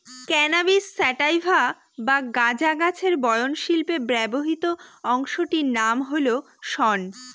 cannabis sativa বা গাঁজা গাছের বয়ন শিল্পে ব্যবহৃত অংশটির নাম হল শন